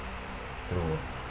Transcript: true